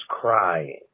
crying